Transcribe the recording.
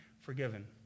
forgiven